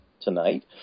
tonight